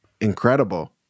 incredible